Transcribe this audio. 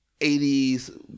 80s